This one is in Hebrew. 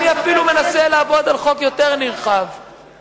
אני אפילו מנסה לעבוד על חוק נרחב יותר,